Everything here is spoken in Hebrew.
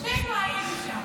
שנינו היינו שם.